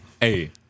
hey